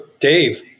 Dave